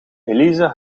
elise